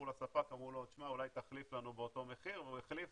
הלכו לספק ואמרו לו 'אולי תחליף לנו באותו מחיר' והוא החליף